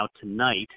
tonight